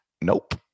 nope